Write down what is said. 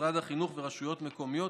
משרד החינוך ורשויות מקומיות,